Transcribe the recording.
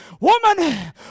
Woman